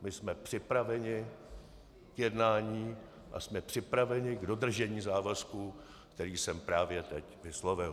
My jsme připraveni k jednání a jsme připraveni k dodržení závazku, který jsem právě teď vyslovil.